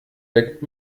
weckt